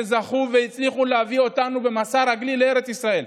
וזכו והצליחו להביא אותנו במסע רגלי לארץ ישראל.